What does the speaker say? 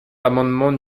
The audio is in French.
l’amendement